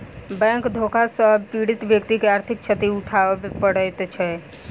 bank धोखा सॅ पीड़ित व्यक्ति के आर्थिक क्षति उठाबय पड़ैत छै